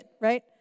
right